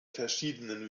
verschiedenen